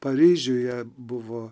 paryžiuje buvo